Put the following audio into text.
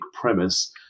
premise